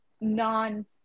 non